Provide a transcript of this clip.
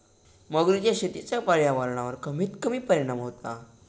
मगरीच्या शेतीचा पर्यावरणावर कमीत कमी परिणाम होता